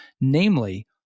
namely